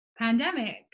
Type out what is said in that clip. pandemic